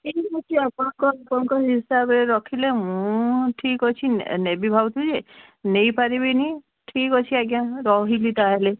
ଠିକ୍ ଅଛି ଆପଣଙ୍କ ଆପଣଙ୍କ ହିସାବରେ ରଖିଲେ ମୁଁ ଠିକ୍ ଅଛି ନେବି ଭାବଥିଲୁ ଯେ ନେଇପାରିବିନି ଠିକ୍ ଅଛି ଆଜ୍ଞା ରହିଲି ତା'ହେଲେ